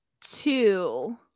two